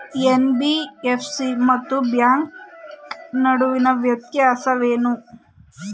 NBFC ಮತ್ತು bank ನಡುವಿನ ವ್ಯತ್ಯಾಸವೇನು?